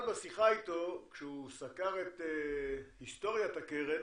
אבל בשיחה איתו, כשהוא סקר את היסטוריית הקרן